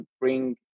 bring